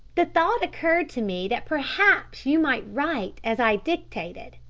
the thought occurred to me that perhaps you might write as i dictated.